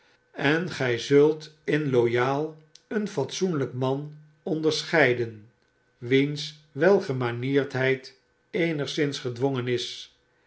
en gy zult in loyal een fatsoenlyk man onderscheiden wiens welgemanierdheid eenigszins fedwongen is